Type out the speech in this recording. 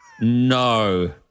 no